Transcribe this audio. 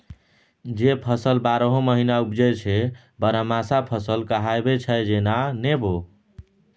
जे फसल बारहो महीना उपजै छै बरहमासा फसल कहाबै छै जेना नेबो